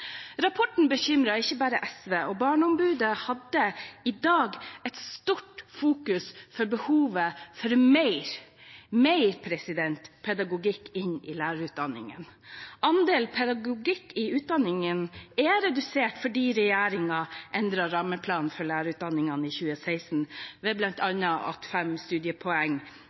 Rapporten bekymrer ikke bare SV. Barneombudet hadde i dag et stort fokus på behovet for mer pedagogikk inn i lærerutdanningen. Andelen pedagogikk i utdanningen er redusert fordi regjeringen endret rammeplanen for lærerutdanningen i 2016, bl.a. ved at 15 studiepoeng